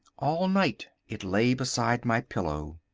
all night it lay beside my pillow.